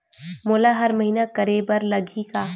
मोला हर महीना करे बर लगही का?